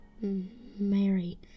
Mary